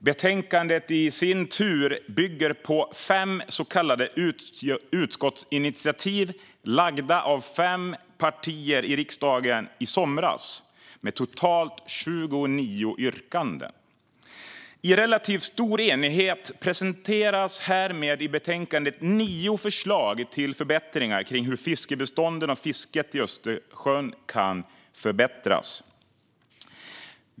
Betänkandet i sin tur bygger på fem så kallade utskottsinitiativ, framlagda av fem partier i riksdagen i somras, med totalt 29 yrkanden. I relativt stor enighet presenteras härmed i betänkandet nio förslag till hur fiskbestånden och fisket i Östersjön kan förbättras.